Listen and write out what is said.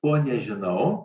ko nežinau o